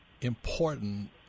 important